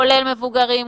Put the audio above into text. כולל מבוגרים,